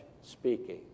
speaking